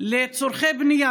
לצורכי בנייה,